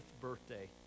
birthday